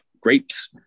grapes